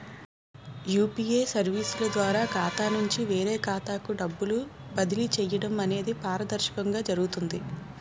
UPA సర్వీసుల ద్వారా ఖాతా నుంచి వేరే ఖాతాకు డబ్బులు బదిలీ చేయడం అనేది పారదర్శకంగా జరుగుతుంది